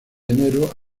enero